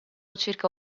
circa